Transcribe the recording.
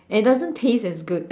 and it doesn't taste as good